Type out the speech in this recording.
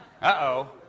Uh-oh